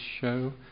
show